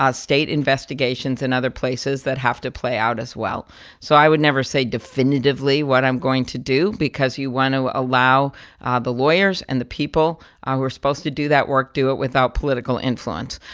ah state investigations in other places that have to play out as well so i would never say definitively what i'm going to do because you want to allow the lawyers and the people ah who are supposed to do that work do it without political influence.